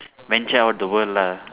venture out the world lah